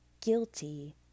guilty